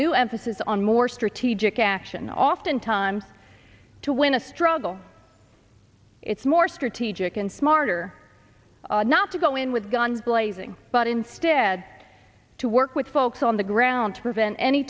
new emphasis on more strategic action oftentimes to win a struggle it's more strategic and smarter not to go in with guns blazing but instead to work with folks on the ground to prevent any